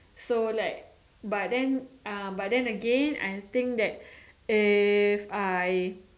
so like but then uh but then again I think that if I